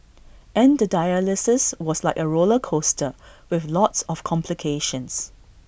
and the dialysis was like A roller coaster with lots of complications